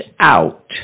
out